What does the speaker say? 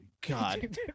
God